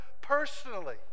personally